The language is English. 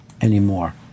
anymore